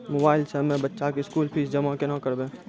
Mobile से हम्मय बच्चा के स्कूल फीस जमा केना करबै?